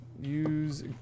Use